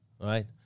right